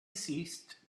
ceased